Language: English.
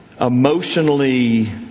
emotionally